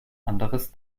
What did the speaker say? anderes